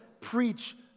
preach